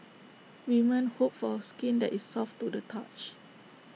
women hope for skin that is soft to the touch